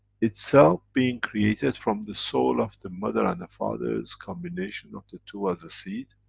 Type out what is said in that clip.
itself being created from the soul of the mother and the father's combination of the two as a seed,